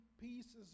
pieces